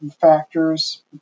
factors